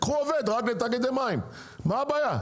קחו עובד רק בתאגידי מים, מה הבעיה?